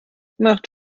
macht